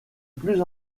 plus